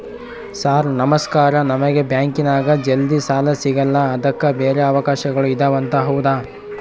Sir ನಮಸ್ಕಾರ ನಮಗೆ ಬ್ಯಾಂಕಿನ್ಯಾಗ ಜಲ್ದಿ ಸಾಲ ಸಿಗಲ್ಲ ಅದಕ್ಕ ಬ್ಯಾರೆ ಅವಕಾಶಗಳು ಇದವಂತ ಹೌದಾ?